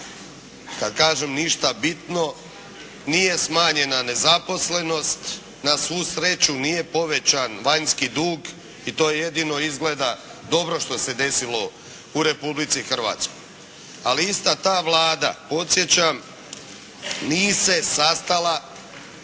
Kada kažem ništa bitno, nije smanjena nezaposlenost, na svu sreću nije povećan vanjski dug i to je jedino izgleda dobro što se desilo u Republici Hrvatskoj. Ali ista ta Vlada podsjećam, nije se sastala